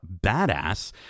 badass